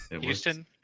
Houston